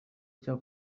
cya